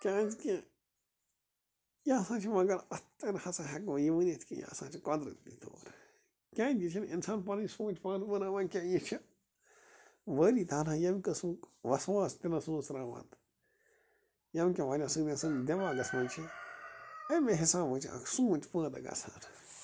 کیٛازِکہِ یہِ ہسا چھِ مگر اَتھ تہِ نہٕ ہسا ہیٚکو یہِ ؤنِتھ کہِ یہِ ہسا چھِ قۅدرٔتی طور کیٛازِ یہِ چھُ نہٕ اِنسان پنٕنۍ سونچ پانہٕ بناوان کیٚنٛہہ یہِ چھِ بٲری تعلیٰ ییٚمہِ قٕسمُک وسواس دِلس منٛز ترٛاوان ییٚمہِ کہِ وجہ سۭتۍ گژھان دیٚماغس منٛز چھِ اَمے حِساب سونٛچ پٲدٕ گژھان